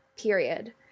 period